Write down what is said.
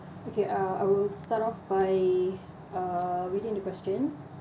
okay I'll I will start off by uh reading the question